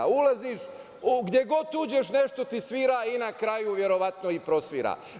Gde god uđeš nešto ti svira i na kraju verovatno i prosvira.